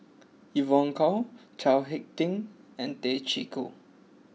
Evon Kow Chao Hick Tin and Tay Chee Koh